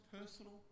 personal